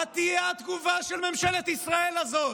מה תהיה התגובה של ממשלת ישראל הזאת?